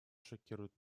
шокируют